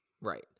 Right